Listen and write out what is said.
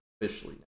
officially